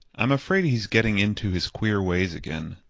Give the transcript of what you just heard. i'm afraid he's getting into his queer ways again.